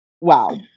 Wow